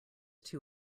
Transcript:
too